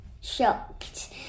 shocked